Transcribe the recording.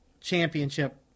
Championship